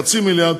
חצי מיליארד,